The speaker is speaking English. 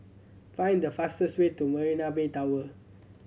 find the fastest way to Marina Bay Tower